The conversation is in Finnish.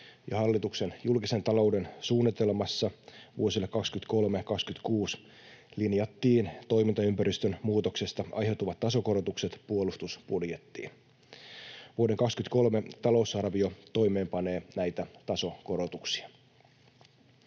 hallituksen julkisen talouden suunnitelmassa vuosille 23—26 linjattiin toimintaympäristön muutoksesta aiheutuvat tasokorotukset puolustusbudjettiin. Vuoden 23 talousarvio toimeenpanee näitä tasokorotuksia.